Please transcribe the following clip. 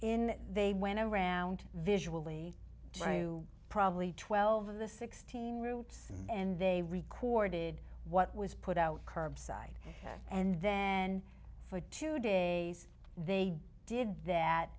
in they went around visually drew probably twelve of the sixteen routes and they recorded what was put out curbside and then for two days they did that